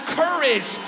courage